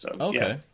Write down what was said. Okay